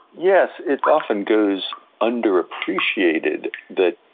yes, it often goes underappreciated that,